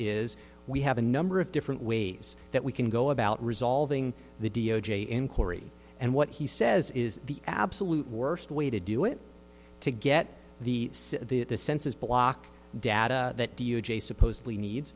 is we have a number of different ways that we can go about resolving the d o j inquiry and what he says is the absolute worst way to do it to get the the the census block data that d j supposedly needs